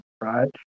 right